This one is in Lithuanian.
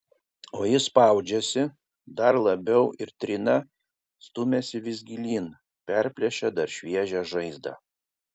o jis spaudžiasi dar labiau ir trina stumiasi vis gilyn perplėšia dar šviežią žaizdą